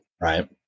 right